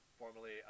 formerly